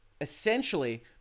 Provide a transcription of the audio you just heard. essentially